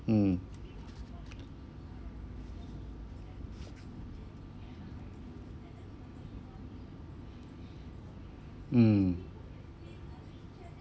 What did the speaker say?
mm mm